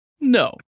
No